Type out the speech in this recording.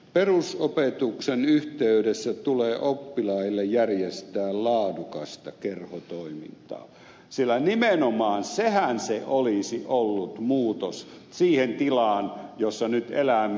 perusopetuksen yh teydessä tulee oppilaille järjestää laadukasta kerhotoimintaa sillä nimenomaan sehän se olisi ollut muutos siihen tilaan jossa nyt elämme